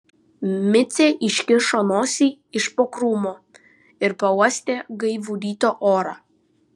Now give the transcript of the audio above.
micė iškišo nosį iš po krūmo ir pauostė gaivų ryto orą